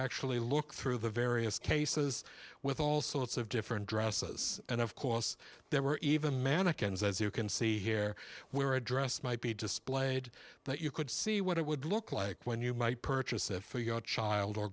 actually look through the various cases with all sorts of different dresses and of course there were even mannequins as you can see here where a dress might be displayed that you could see what it would look like when you might purchase it for your child or